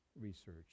research